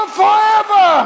forever